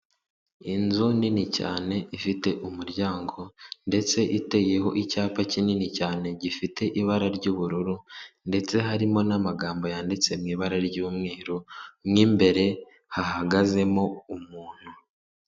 Inzu nini cyane ifite umuryango ndetse iteyeho icyapa kinini cyane gifite ibara ry'ubururu ndetse harimo n'amagambo yanditse mu ibara ry'umweru mo imbere hahagazemo umuntu.